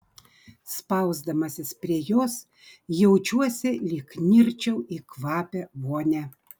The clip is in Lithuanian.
spausdamasis prie jos jaučiuosi lyg nirčiau į kvapią vonią